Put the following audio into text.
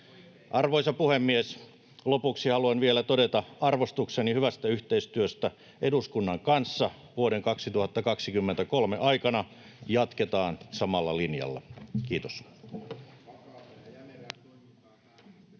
Arvoisa puhemies! Lopuksi haluan vielä todeta arvostukseni hyvästä yhteistyöstä eduskunnan kanssa vuoden 2023 aikana. Jatketaan samalla linjalla. — Kiitos.